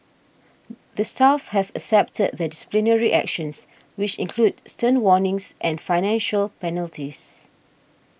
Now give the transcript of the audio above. the staff have accepted the disciplinary actions which include stern warnings and financial penalties